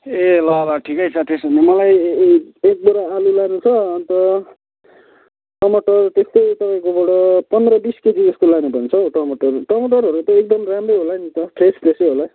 ए ल ल ठिकै छ त्यसो हो भने मलाई एक बोरा आलु लानु छ अन्त टमाटर त्यस्तै तपाईँकोबाट पन्ध्र बिस केजी जस्तो लानुपर्ने छ हौ टमाटर टमाटरहरू त एकदम राम्रै होला नि त फ्रेस फ्रेसै होला